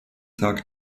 tag